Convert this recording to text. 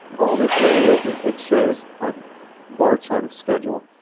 all this really is is it shows a bar chart of schedule.